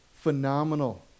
Phenomenal